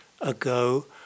ago